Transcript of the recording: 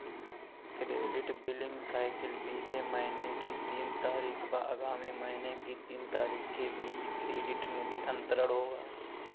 credit billing cycle बीते महीने की तीन तारीख व आगामी महीने की तीन तारीख के बीच क्रेडिट निधि अंतरण होगा